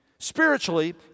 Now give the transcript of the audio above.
spiritually